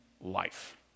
life